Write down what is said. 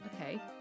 Okay